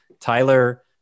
Tyler